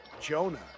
Jonah